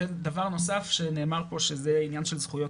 דבר נוסף שנאמר פה שהוא עניין של זכויות